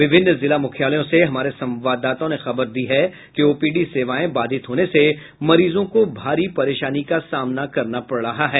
विभिन्न जिला मुख्यालयों से हमारे संवाददाताओं ने खबर दी है कि ओपीडी सेवाएं बाधित होने से मरीजों को भारी परेशानी का सामना करना पड़ रहा है